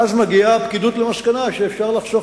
ואז מגיעה הפקידות למסקנה שאפשר לחסוך